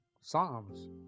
Psalms